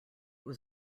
was